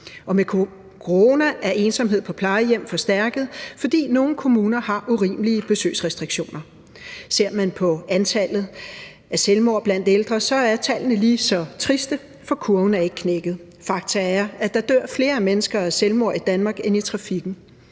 med corona er ensomhed på plejehjem forstærket, fordi nogle kommuner har urimelige besøgsrestriktioner. Ser man på antallet af selvmord blandt ældre, er tallene lige så triste, for kurven er ikke knækket. Fakta er, at der dør flere mennesker af selvmord i Danmark end i trafikken.